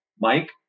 Mike